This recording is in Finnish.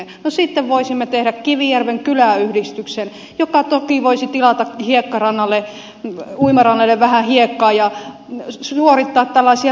no sitten voisimme tehdä kivijärven kyläyhdistyksen joka toki voisi tilata uimarannalle vähän hiekkaa ja suorittaa tällaisia surutehtäviä